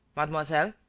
mademoiselle,